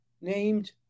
named